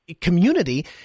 community